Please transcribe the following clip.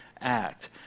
act